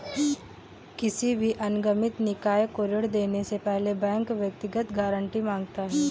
किसी भी अनिगमित निकाय को ऋण देने से पहले बैंक व्यक्तिगत गारंटी माँगता है